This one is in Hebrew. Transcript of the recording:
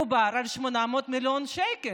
מדובר על 800 מיליון שקל,